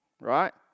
right